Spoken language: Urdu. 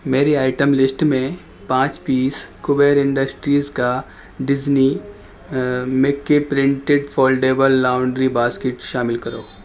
میری آئٹم لسٹ میں پانچ پیس کوبیر انڈسٹریز کا Disney Mickey printed foldable laundry basket شامل کرو